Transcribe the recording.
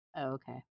Okay